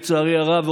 לצערי הרב,